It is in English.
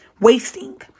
Wasting